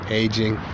aging